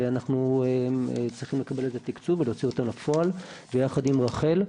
ואנחנו צריכים לקבל את התקצוב ולהוציא אותן לפועל ביחד עם רח"ל,